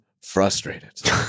frustrated